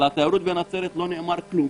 על התיירות בנצרת לא נאמר כלום.